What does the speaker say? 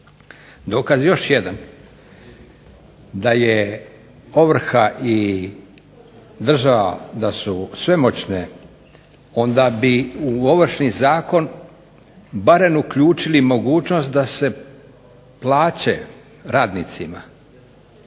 Dokaz još jedan da je ovrha i država da su svemoćne onda bi u Ovršni zakon barem uključili mogućnost da se plaće radnicima